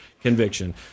conviction